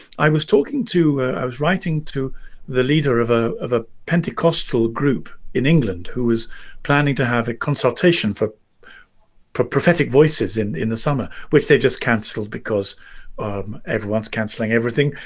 i was talking to i was writing to the leader of ah of a pentecostal group in england who was planning to have a consultation for prophetic voices in in the summer, which they just cancelled because um everyone's canceling everything,